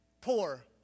poor